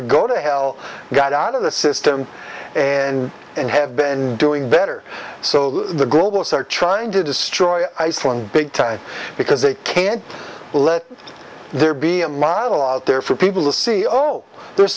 e go to hell got out of the system and and have been doing better so the global star trying to destroy iceland big time because they can't let there be a mile out there for people to see oh there's